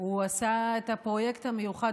הוא עשה את הפרויקט המיוחד,